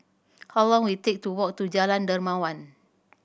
how long will it take to walk to Jalan Dermawan